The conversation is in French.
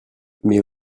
mais